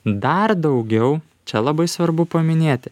dar daugiau čia labai svarbu paminėti